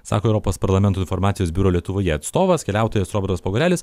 sako europos parlamento informacijos biuro lietuvoje atstovas keliautojas robertas pogorelis